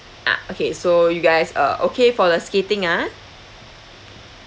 ah okay so you guys uh okay for the skating ah